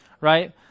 Right